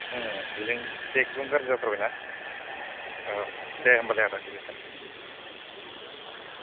बेजों एसे एखदम गाज्रि जाथारबाय ना औ दे होनबालाय आदा गोजोनथों